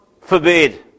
forbid